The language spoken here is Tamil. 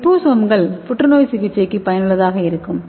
லிபோசோம்கள் புற்றுநோய் சிகிச்சைக்கு பயனுள்ளதாக இருக்கும்